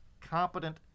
competent